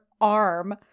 arm